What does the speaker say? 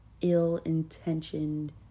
ill-intentioned